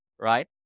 right